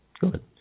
Good